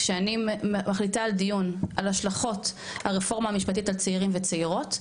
כשאני מחליטה על דיון על השלכות הרפורמה המשפטית על צעירים וצעירות,